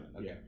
Okay